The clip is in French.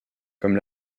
comme